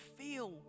feel